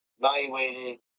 evaluated